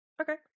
Okay